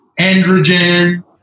androgen